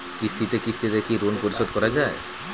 কিস্তিতে কিস্তিতে কি ঋণ পরিশোধ করা য়ায়?